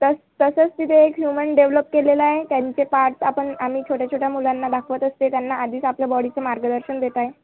तस तसंच तिथे एक ह्युमन डेव्हलप केलेलं आहे त्यांचे पार्ट्स आपण आम्ही छोट्या छोट्या मुलांना दाखवत असते त्यांना आधीच आपल्या बॉडीचं मार्गदर्शन देताय